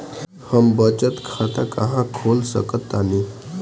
हम बचत खाता कहां खोल सकतानी?